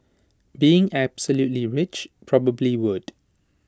being absolutely rich probably would